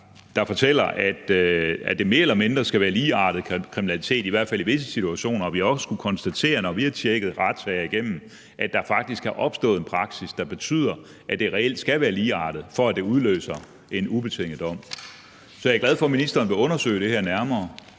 der fortæller, at det mere eller mindre skal være ligeartet kriminalitet, i hvert fald i visse situationer, og vi har også kunnet konstatere, når vi har tjekket retssager igennem, at der faktisk er opstået en praksis, der betyder, at det reelt skal være ligeartet, for at det udløser en ubetinget dom. Så jeg er glad for, at ministeren vil undersøge det her nærmere,